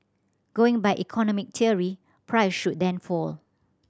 going by economic theory price should then fall